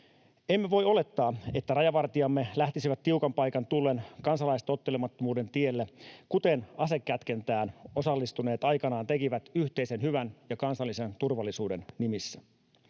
Emme voi olettaa, että rajavartijamme lähtisivät tiukan paikan tullen kansalaistottelemattomuuden tielle, kuten asekätkentään osallistuneet aikanaan tekivät yhteisen hyvän ja kansallisen turvallisuuden nimissä.